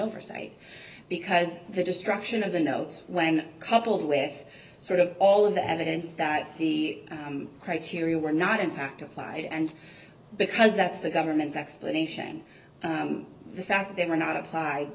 oversight because the destruction of the notes when coupled with sort of all of the evidence that the criteria were not in fact applied and because that's the government's explanation the fact that they were not applied